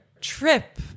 trip